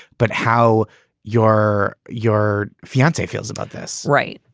but how your your fiancee feels about this right.